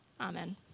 Amen